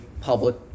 public